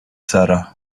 sarah